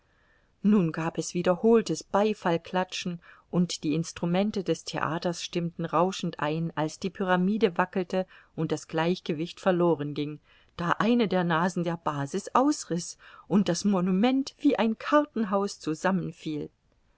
nun gab es wiederholtes beifallklatschen und die instrumente des theaters stimmten rauschend ein als die pyramide wackelte und das gleichgewicht verloren ging da eine der nasen der basis ausriß und das monument wie ein kartenhaus zusammenfiel